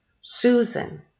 Susan